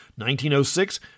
1906